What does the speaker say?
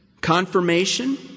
confirmation